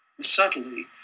subtly